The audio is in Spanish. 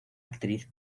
actriz